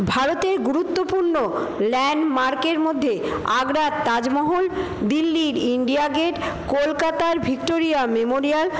ভারতের গুরুত্বপূর্ণ ল্যান্ডমার্কের মধ্যে আগ্রার তাজমহল দিল্লির ইণ্ডিয়া গেট কলকাতার ভিক্টোরিয়া মেমোরিয়াল